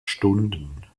stunden